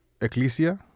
Ecclesia